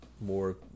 more